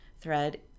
thread